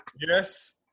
Yes